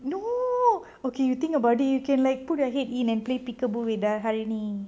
no okay you think about it you can put your head in and play peek a boo with a harini